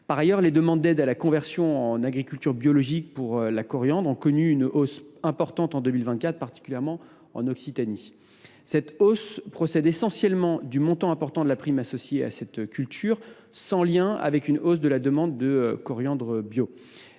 Par ailleurs, les demandes d’aide à la conversion en agriculture biologique pour la coriandre ont connu une hausse importante en 2024, particulièrement en Occitanie. Cette hausse est essentiellement liée au montant important de la prime associée à cette culture, sans lien avec une hausse de la demande de coriandre bio.